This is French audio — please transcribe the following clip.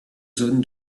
zones